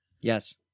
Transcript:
Yes